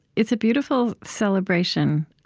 it's a beautiful celebration.